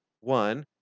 One